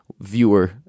viewer